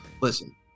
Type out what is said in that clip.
listen